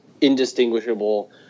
indistinguishable